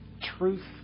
Truth